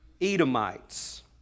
Edomites